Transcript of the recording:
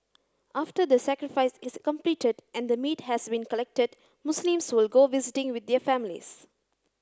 after the sacrifice is completed and the meat has been collected Muslims will go visiting with their families